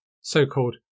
so-called